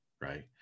Right